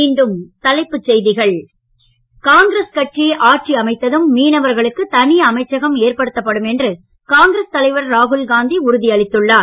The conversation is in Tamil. மீண்டும் தலைப்புச் செய்திகள் காங்கிரஸ் கட்சி ஆட்சி அமைத்ததும் மீனவர்களுக்கு தனி அமைச்சகம் ஏற்படுத்தப்படும் என்று காங்கிரஸ் தலைவர் ராகுல்காந்தி உறுதி அளித்தார்